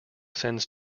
sends